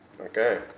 Okay